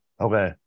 okay